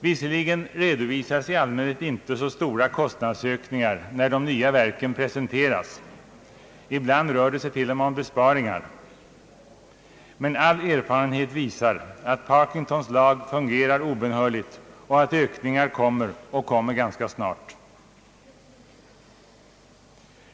Visserligen redovisas i allmänhet inte så stora kostnadsökningar när de nya verken presenteras — ibland rör det sig t.o.m. om besparingar — men all erfarenhet visar att Parkinsons lag fungerar obönhörligt och att ökningar kommer och kommer ganska snart.